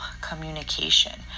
communication